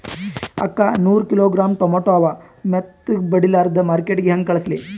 ಅಕ್ಕಾ ನೂರ kilogram tomato ಅವ, ಮೆತ್ತಗಬಡಿಲಾರ್ದೆ ಮಾರ್ಕಿಟಗೆ ಹೆಂಗ ಕಳಸಲಿ?